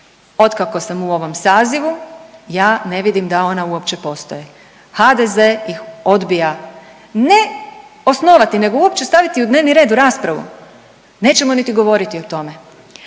Od kako sam u ovom sazivu ja ne vidim da ona uopće postoji. HDZ ih odbija ne osnovati nego uopće staviti u dnevni red u raspravu. Nećemo niti govoriti o tome.